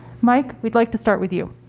mike we'd like to start with you.